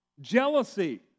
Jealousy